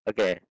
Okay